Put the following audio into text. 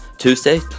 Tuesday